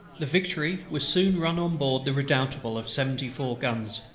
the victory was soon run on board the redoutable of seventy-four guns.